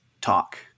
talk